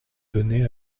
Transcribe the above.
donné